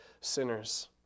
sinners